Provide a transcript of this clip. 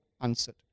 answered